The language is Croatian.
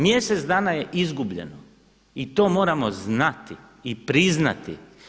Mjesec dana je izgubljeno i to moramo znati i priznati.